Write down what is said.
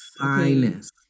finest